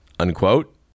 unquote